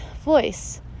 voice